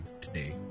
today